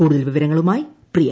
കൂടുതൽ വിവരങ്ങളുമായി പ്രിയ